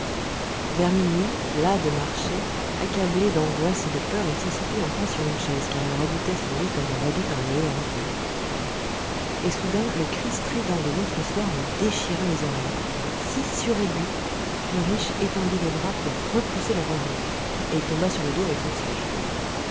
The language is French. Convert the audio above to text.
vers minuit las de marcher accablé d'angoisse et de peur il s'assoupit enfin sur une chaise car il redoutait son lit comme on redoute un lieu hanté et soudain le cri strident de l'autre soir lui déchira les oreilles si suraigu qu'ulrich étendit les bras pour repousser le revenant et il tomba sur le dos avec son siège